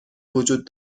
وجود